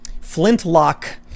flintlock